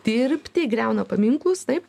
dirbti griauna paminklus taip